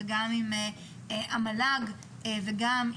עם המל"ג ועם